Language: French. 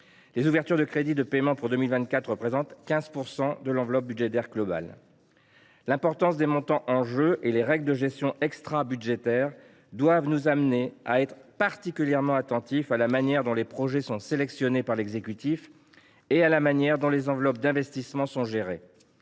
Les ouvertures de crédits de paiement pour 2024 représentent 15 % de l’enveloppe budgétaire globale. L’importance des montants en jeu et les règles de gestion extrabudgétaire nous imposent d’être particulièrement attentifs à la manière dont les projets sont sélectionnés par l’exécutif et dont les enveloppes d’investissements sont gérées.